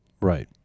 right